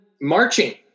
marching